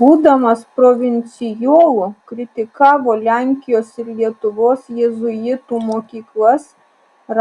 būdamas provincijolu kritikavo lenkijos ir lietuvos jėzuitų mokyklas